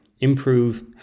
improve